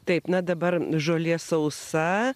taip na dabar žolė sausa